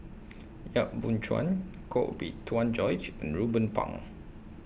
Yap Boon Chuan Koh Bee Tuan Joyce and Ruben Pang